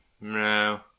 No